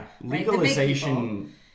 Legalization